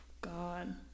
god